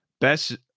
best